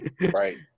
Right